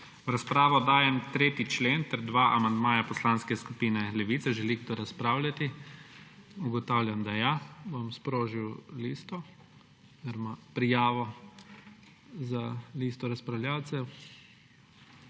V razpravo dajem 3. člen ter dva amandmaja Poslanske skupine Levica. Ali želi kdo razpravljati? Ugotavljam, da želi. Bom sprožil prijavo za listo razpravljavcev.